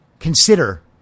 Consider